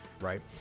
right